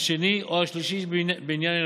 השני והשלישי במניין ילדיו,